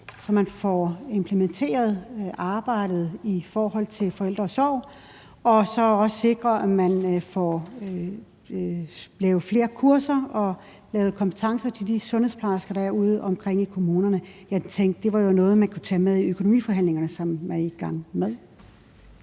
så man får implementeret arbejdet vedrørende forældre og sorg, og også sikrer, at der bliver lavet flere kurser og givet kompetencer til de sundhedsplejersker, der er udeomkring i kommunerne. Jeg tænkte, at det var noget, man kunne tage med i økonomiforhandlingerne, som man er i gang med.